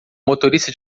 motorista